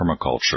permaculture